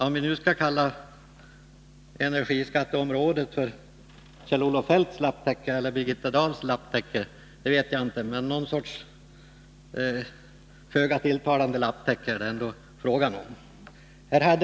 Om vi nu skall kalla energiskatteområdet Kjell-Olof Feldts lapptäcke eller Birgitta Dahls lapptäcke vet jag inte, men någon sorts föga tilltalande lapptäcke är det ändå fråga om.